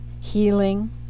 healing